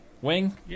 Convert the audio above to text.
Wing